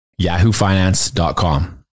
yahoofinance.com